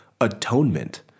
atonement